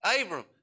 Abram